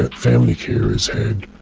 family carers had